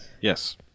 yes